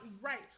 Right